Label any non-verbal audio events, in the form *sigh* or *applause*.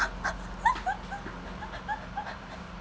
*laughs*